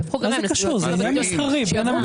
זה עניין מסחרי.